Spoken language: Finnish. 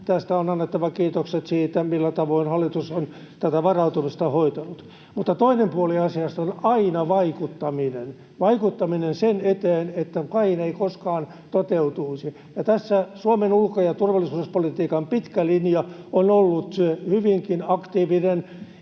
ja on annettava kiitokset siitä, millä tavoin hallitus on tätä varautumista hoitanut. Mutta toinen puoli asiassa on aina vaikuttaminen, vaikuttaminen sen eteen, että pahin ei koskaan toteutuisi, ja tässä Suomen ulko- ja turvallisuuspolitiikan pitkä linja on ollut hyvinkin aktiivinen.